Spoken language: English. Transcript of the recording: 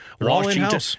Washington